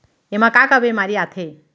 एमा का का बेमारी आथे?